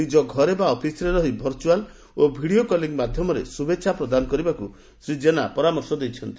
ନିକ ଘରେ ବା ଅପିସ୍ରେ ରହି ଭର୍ରଆଲ ଓ ଭିଡିଓ କଲିଂ ମାଧ୍ଧମରେ ଶୁଭେଛା ପ୍ରଦାନ କରିବାକୁ ଶ୍ରୀ ଜେନା ପରାମର୍ଶ ଦେଇଛନ୍ତି